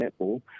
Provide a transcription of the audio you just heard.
netball